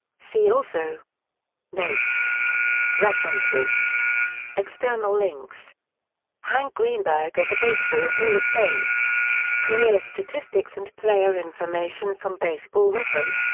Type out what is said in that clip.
see also notes references external links hank greenberg at the baseball hall of fame career statistics and player information from baseball-reference,